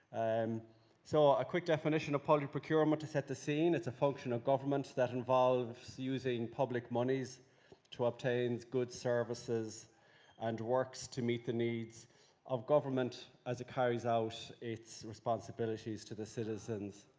um so a quick definition of public procurement to set the scene, it's a function of governments that involves using public monies to obtain goods, services and works to meet the needs of government as it carries out its responsibilities to the citizens.